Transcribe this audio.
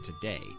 today